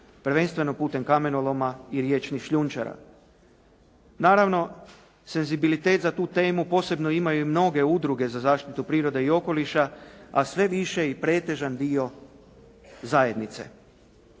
prvenstveno putem kamenoloma i riječnih šljunčara. Naravno, senzibilitet za tu temu posebno imaju mnoge udruge za zaštitu prirode i okoliša a sve više i pretežan dio zajednice.